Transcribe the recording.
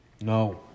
No